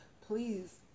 please